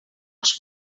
els